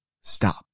stop